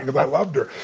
and i loved her.